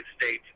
States